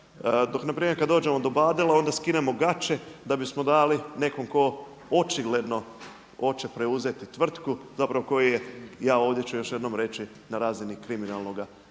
Dok npr. kada dođemo do BADEL-a onda skinemo gaće da bi smo dali nekom tko očigledno hoće preuzeti tvrtku, zapravo koji je, ja ovdje ću još jednom reći na razini kriminalnoga djela.